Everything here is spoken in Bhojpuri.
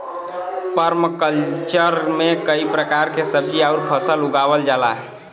पर्मकल्चर में कई प्रकार के सब्जी आउर फसल उगावल जाला